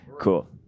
Cool